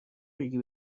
ریگی